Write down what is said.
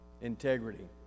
integrity